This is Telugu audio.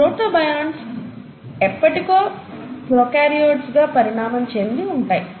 ఈ ప్రోటోబయోంట్లుగా ఎప్పటికో ప్రోకార్యోట్లు గా పరిణామం చెంది ఉంటాయి